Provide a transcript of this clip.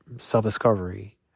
self-discovery